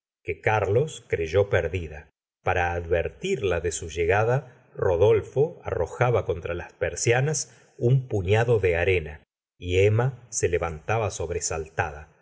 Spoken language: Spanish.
que carlos creyó perdida para advertirla de su llegada rodolfo arrojaba contra las persianas un pufiado de arena y emma se levantaba sobresaltada